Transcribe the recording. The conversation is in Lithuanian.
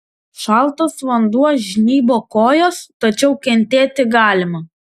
šaltas vanduo žnybo kojas tačiau kentėti galima